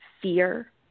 fear